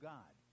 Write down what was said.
God